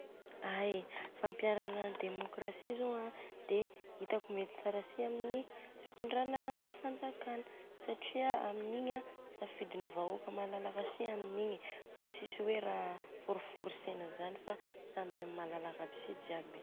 Ai fampiharana ny demokrasia zô an de mety tsara sy amin'ny fitondrana fanjakana satria a aminigny an safidin'ny vahoaka malalaka si aminigny fa tsisy hoe ra nifôrifôrisena zany, fa samby amin'ny malalaka aby si jiaby.